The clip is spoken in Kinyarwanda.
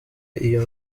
iyo